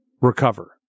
recover